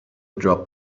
dropped